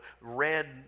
red